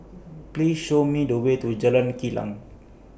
Please Show Me The Way to Jalan Kilang